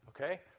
Okay